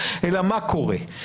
אלא מה קורה.